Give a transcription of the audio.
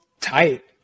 tight